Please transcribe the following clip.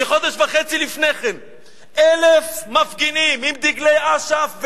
כחודש וחצי לפני כן 1,000 מפגינים עם דגלי אש"ף,